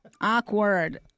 awkward